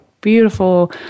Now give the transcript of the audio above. beautiful